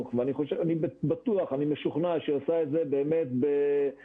ואני משוכנע שהיא עושה את זה באמת ביושר,